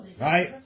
right